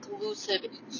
exclusive